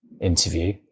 interview